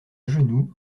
genoux